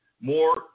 more